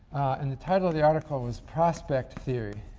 and the title of the article was prospect theory